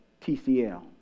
TCL